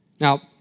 Now